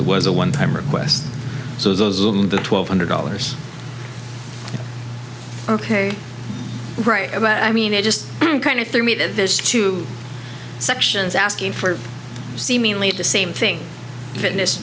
it was a one time request so those are the twelve hundred dollars ok right about i mean i just kind of threw me that there's two sections asking for seemingly at the same thing fitness